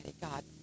God